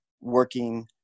working